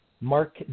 Mark